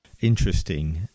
Interesting